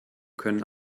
können